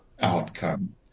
outcome